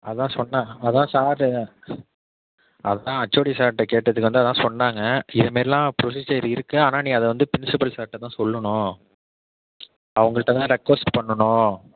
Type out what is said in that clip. அதான் சொன்னாங்க அதான் சாரு அதான் ஹெச்ஓடி சார்கிட்ட கேட்டதுக்கு வந்து அதான் சொன்னாங்க இதுமாதிரிலாம் புரோஸீஜர் இருக்கு ஆனால் நீ அதை வந்து ப்ரின்ஸிபல் சார்கிட்ட தான் சொல்லணும் அவங்கள்கிட்ட தான் ரிக்குவஸ்ட் பண்ணனும்